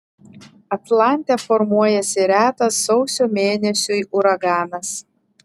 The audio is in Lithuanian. atlante formuojasi retas sausio mėnesiui uraganas